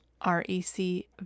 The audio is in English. R-E-C